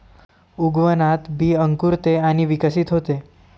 उगवणात बी अंकुरते आणि विकसित होते